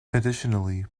additionally